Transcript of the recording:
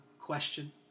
question